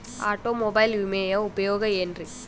Automobile ವಿಮೆಯ ಉಪಯೋಗ ಏನ್ರೀ?